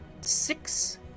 six